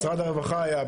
משרד הרווחה היה,